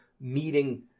meeting